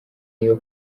iyo